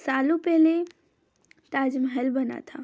सालों पहले ताजमहल बना था